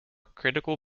critical